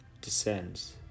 descends